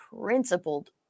principled